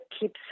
keeps